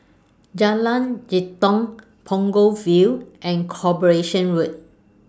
Jalan Jitong Punggol Field and Corporation Road